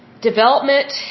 development